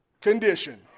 condition